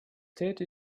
täte